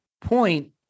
point